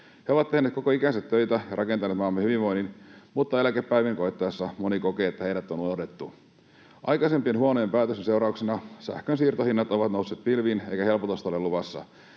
He ovat tehneet koko ikänsä töitä ja rakentaneet maamme hyvinvoinnin, mutta eläkepäivien koittaessa moni kokee, että heidät on unohdettu. Aikaisempien huonojen päätösten seurauksena sähkön siirtohinnat ovat nousseet pilviin, eikä helpotusta ole luvassa.